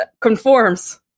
conforms